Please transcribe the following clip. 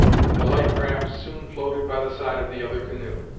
and the light craft soon floated by the side of the other canoe.